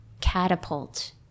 catapult